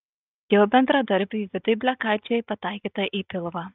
jo bendradarbiui vidui blekaičiui pataikyta į pilvą